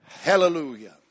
Hallelujah